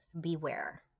beware